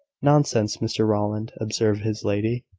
nonsense, mr rowland, observed his lady.